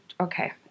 okay